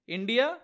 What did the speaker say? India